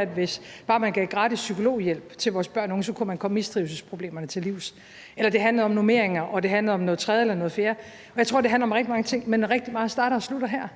at hvis man bare gav gratis psykologhjælp til vores børn og unge, så kunne man komme mistrivselsproblemerne til livs, eller at det handlede om normeringer eller om noget tredje eller noget fjerde. Jeg tror, det handler om rigtig mange ting, men rigtig meget starter og slutter her.